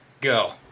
go